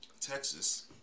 Texas